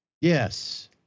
Yes